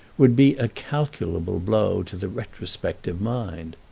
would be a calculable blow to the retrospective mind.